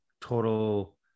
total